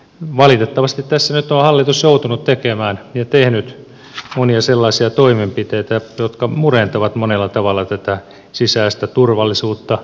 valitettavasti tässä nyt on hallitus joutunut tekemään ja tehnyt monia sellaisia toimenpiteitä jotka murentavat monella tavalla tätä sisäistä turvallisuutta